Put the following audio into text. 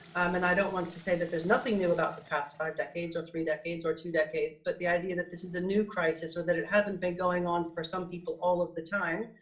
um and i don't want to say that there's nothing new about the past five decades or three decades or two decades, but the idea that this is a new crisis so that it hasn't been going on for some people all of the time,